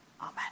Amen